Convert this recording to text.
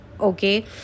Okay